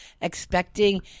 expecting